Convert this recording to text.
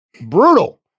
Brutal